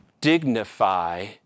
dignify